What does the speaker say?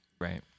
Right